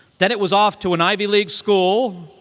then it was off to an ivy league school,